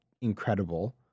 incredible